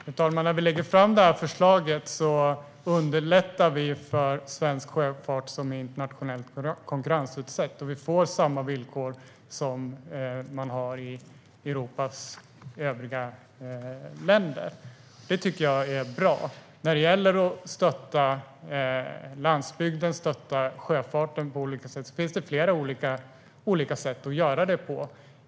Fru talman! När vi lägger fram förslaget underlättar vi för svensk sjöfart som är internationellt konkurrensutsatt. Vi får samma villkor som man har i Europas övriga länder. Det tycker jag är bra. När det gäller att stötta landsbygden och sjöfarten finns det flera olika sätt att göra detta på.